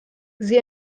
sie